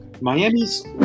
Miami's